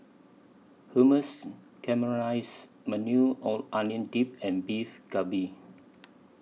Hummus Caramelized Maui O Onion Dip and Beef Galbi